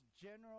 general